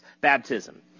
baptism